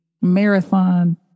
marathon